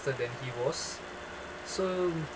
~ter than he was so